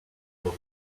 your